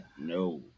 No